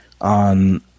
on